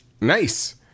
Nice